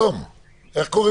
אין